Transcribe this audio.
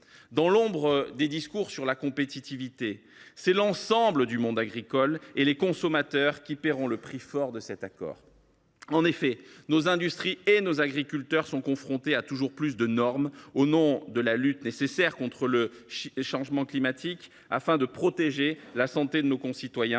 Dans l’ombre des discours sur la compétitivité, ce sont le monde agricole dans son ensemble et les consommateurs qui paieront le prix fort de cet accord ! En effet, nos industries et nos agriculteurs sont confrontés à toujours plus de normes, au nom de la nécessaire lutte contre le changement climatique, afin non seulement de protéger la santé de nos concitoyens,